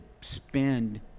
spend